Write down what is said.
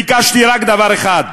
ביקשתי רק דבר אחד,